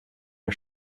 der